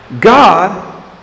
God